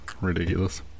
ridiculous